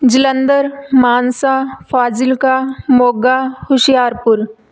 Jalandhar Mansa Fazilka Moga Hoshiarpur